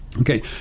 okay